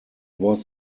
was